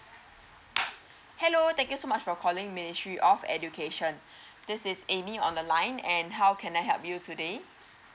hello thank you so much for calling ministry of education this is amy on the line and how can I help you today